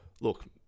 look